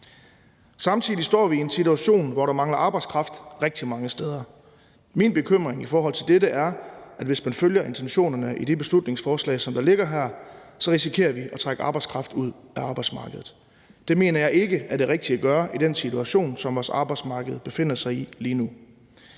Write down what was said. Samtidig står vi i en situation, hvor der mangler arbejdskraft rigtig mange steder. Min bekymring i forhold til dette er, at hvis man følger intentionerne i det beslutningsforslag, som ligger her, risikerer vi at trække arbejdskraft ud af arbejdsmarkedet. Det mener jeg ikke er det rigtige at gøre i den situation, som vores arbejdsmarked befinder sig i lige nu.